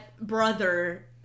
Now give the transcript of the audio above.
brother